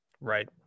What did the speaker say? Right